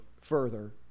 further